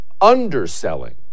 underselling